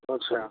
अच्छा